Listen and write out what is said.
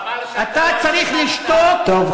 חבל שאתה לא הקשבת --- טוב,